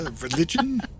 Religion